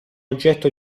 oggetto